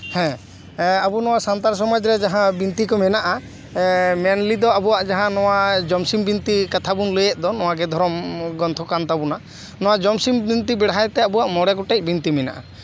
ᱦᱮᱸ ᱦᱮᱸ ᱟᱵᱚ ᱱᱚᱣᱟ ᱥᱟᱱᱛᱟᱲ ᱥᱚᱢᱟᱡᱽ ᱨᱮ ᱡᱟᱦᱟᱸ ᱵᱤᱱᱛᱤ ᱠᱚ ᱢᱮᱱᱟᱜᱼᱟ ᱢᱮᱱᱞᱤ ᱫᱚ ᱟᱵᱚᱣᱟᱜ ᱱᱚᱣᱟ ᱡᱟᱦᱟᱸ ᱡᱚᱢᱥᱤᱢ ᱵᱤᱱᱛᱤ ᱠᱟᱛᱷᱟ ᱵᱚᱱ ᱞᱟᱹᱭᱮᱫ ᱫᱚ ᱱᱚᱣᱟᱜᱮ ᱫᱷᱚᱨᱚᱢ ᱜᱨᱚᱱᱛᱷᱚ ᱠᱟᱱ ᱛᱟᱵᱚᱱᱟ ᱱᱚᱣᱟ ᱡᱚᱢ ᱥᱤᱢ ᱵᱤᱱᱛᱤ ᱵᱮᱲᱦᱟᱭᱛᱮ ᱢᱚᱬᱮ ᱜᱚᱴᱮᱡ ᱵᱤᱱᱛᱤ ᱢᱮᱱᱟᱜᱼᱟ